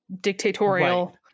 dictatorial